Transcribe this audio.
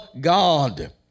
God